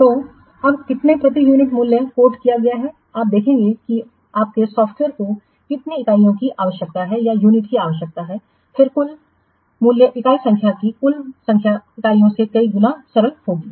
तो अब तक कितने प्रति यूनिट मूल्य उद्धृत किया गया है आप देखेंगे कि आपके सॉफ्टवेयर को कितनी इकाइयों की आवश्यकता होगी फिर कुल मूल्य इकाई संख्या की कुल संख्या इकाइयों से कई गुना सरल होगी